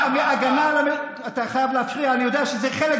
וההגנה על, זה עבר.